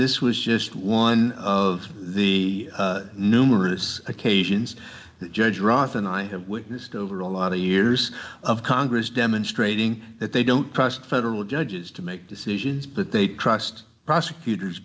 this was just one of the numerous occasions that judge roth and i have witnessed over a lot of years of congress demonstrating that they don't trust federal judges to make decisions but they trust prosecutors